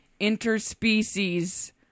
interspecies